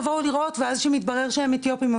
תבואו לראות" ואז כשמתברר שהם אתיופים או